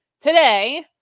Today